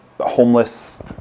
homeless